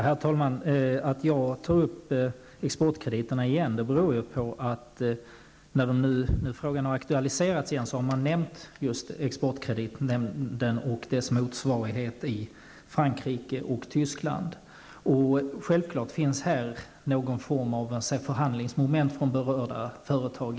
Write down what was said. Herr talman! Att jag tar upp exportkrediterna igen beror på att när frågan nu har aktualiserats på nytt, har man nämnt just exportkreditnämnden och dess motsvarigheter i Frankrike och Tyskland. Självfallet finns det här moment av förhandling med berörda företag.